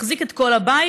מחזיק את כל הבית,